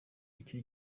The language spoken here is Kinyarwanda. icyo